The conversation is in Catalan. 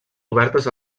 obertes